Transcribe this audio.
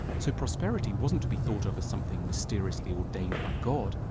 so prosperity wasn't to be thought of as something mysteriously ordained by god,